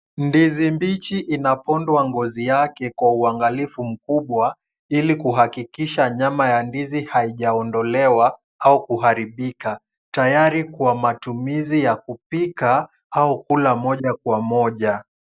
Ndizi mbichi inapondwa ngozi yake kwa uangalifu mkubwa, ili kuhakikisha nyama ya ndizi haijaondolewa au kuharibika tayari kwa matumizi ya kupika, au kula moja kwa moja.